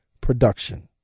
production